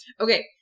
Okay